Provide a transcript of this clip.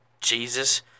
Jesus